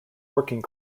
working